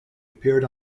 appeared